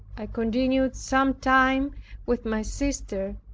i continued some time with my sister,